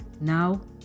Now